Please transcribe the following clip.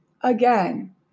Again